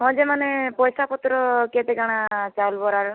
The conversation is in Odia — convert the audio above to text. ହଁ ଯେ ମାନେ ପଇସାପତ୍ର କେତେ କାଣା ଚାଉଳ ବରାର